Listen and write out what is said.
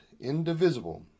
indivisible